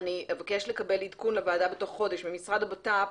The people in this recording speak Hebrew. אני אבקש לקבל עדכון לוועדה בתוך חודש ממשרד הבט"פ,